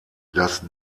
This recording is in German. das